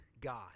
God